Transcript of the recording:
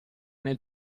nel